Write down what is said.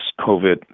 COVID